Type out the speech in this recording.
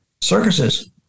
circuses